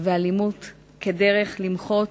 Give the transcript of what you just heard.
ואלימות כדרך למחות